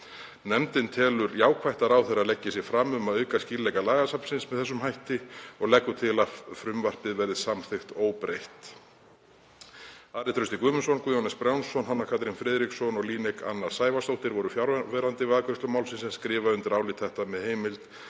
Nefndin telur jákvætt að ráðherra leggi sig fram um að auka skýrleika lagasafnsins með þessum hætti og leggur til að frumvarpið verði samþykkt óbreytt. Ari Trausti Guðmundsson, Guðjón S. Brjánsson, Hanna Katrín Friðriksson og Líneik Anna Sævarsdóttir voru fjarverandi við afgreiðslu málsins en skrifa undir álit þetta með heimild